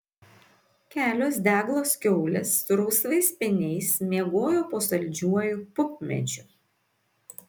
kelios deglos kiaulės su rausvais speniais miegojo po saldžiuoju pupmedžiu